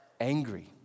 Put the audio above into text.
Angry